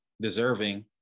deserving